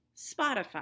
Spotify